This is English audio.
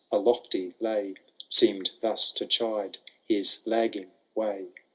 a lofty lay seemed thus to chide his lagging way.